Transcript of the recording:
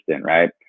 right